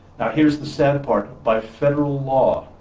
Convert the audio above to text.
here's the sad part, by federal law